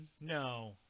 No